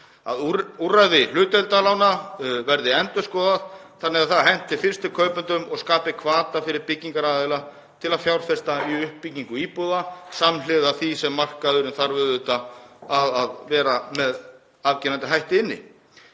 að úrræði hlutdeildarlána verði endurskoðað þannig að það henti fyrstu kaupendum og skapi hvata fyrir byggingaraðila til að fjárfesta í uppbyggingu íbúða samhliða því sem markaðurinn þarf auðvitað að vera með afgerandi hætti inni.